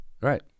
right